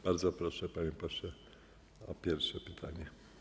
Bardzo proszę, panie pośle, o pierwsze pytanie.